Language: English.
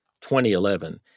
2011